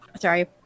sorry